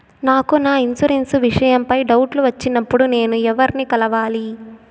నాకు నా ఇన్సూరెన్సు విషయం పై డౌట్లు వచ్చినప్పుడు నేను ఎవర్ని కలవాలి?